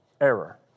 error